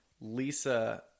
Lisa